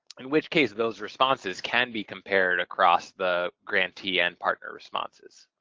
in which case those responses can be compared across the grantee and partner responses.